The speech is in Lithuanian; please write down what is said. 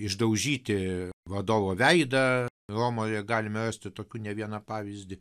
išdaužyti vadovo veidą romoje galime rasti tokių ne vieną pavyzdį